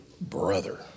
brother